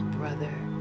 brother